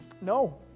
No